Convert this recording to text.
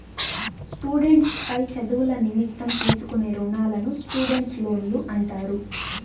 students పై చదువుల నిమిత్తం తీసుకునే రుణాలను స్టూడెంట్స్ లోన్లు అంటారు